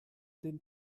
den